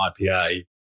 IPA